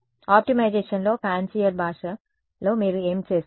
ఆప్టిమైజేషన్లో fancier భాష లో మీరు ఏమి చేస్తారు